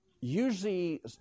usually